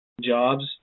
jobs